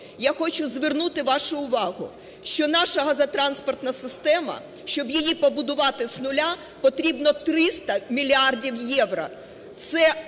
я хочу звернути вашу увагу, що наша газотранспортна система, щоб її побудувати з нуля, потрібно 300 мільярдів євро